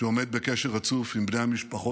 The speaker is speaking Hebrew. שעומד בקשר רצוף עם בני המשפחות.